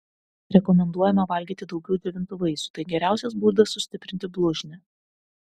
rekomenduojame valgyti daugiau džiovintų vaisių tai geriausias būdas sustiprinti blužnį